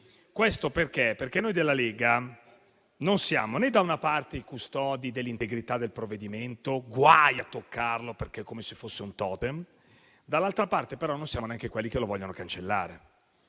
Questo perché noi della Lega non siamo né da una parte i custodi dell'integrità del provvedimento - guai a toccarlo perché è come se fosse un *totem* - né siamo, dall'altra, quelli che lo vogliono cancellare,